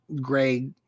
Greg